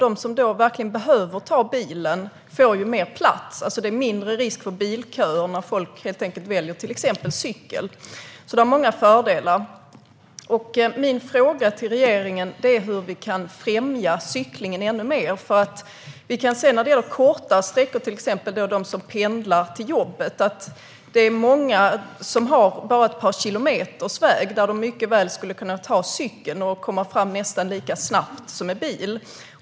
De som verkligen behöver ta bilen får ju mer plats. Det är mindre risk för bilköer när folk väljer till exempel cykel. Det finns många fördelar. Min fråga till regeringen är: Hur kan vi främja cyklingen ännu mer? Vi kan se hur det är när det gäller korta sträckor, till exempel för dem som pendlar till jobbet. Det är många som har en resväg som bara är ett par kilometer. De skulle mycket väl kunna ta cykeln och komma fram nästan lika snabbt som med bil.